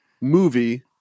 movie